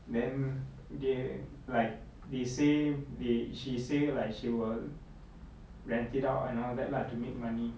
then they like they say they she say like she will rent it out and all that lah to make money